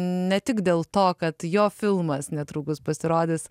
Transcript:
ne tik dėl to kad jo filmas netrukus pasirodys